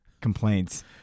complaints